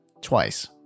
twice